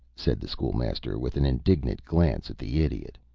said the school-master, with an indignant glance at the idiot.